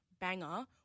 banger